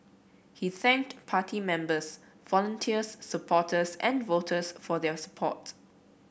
he thanked party members volunteers supporters and voters for their support